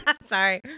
Sorry